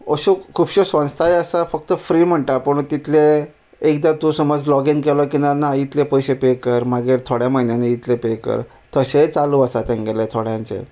अश्यो खुबश्यो संस्थाय आसा फक्त फ्री म्हणटा पूण तितलें एकदां तूं समज लॉगीन केलो की ना ना इतले पयशे पे कर मागीर थोड्या म्हयन्यान इतले पे कर तशेंय चालू आसा तेंगेलें थोड्यांचें